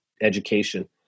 education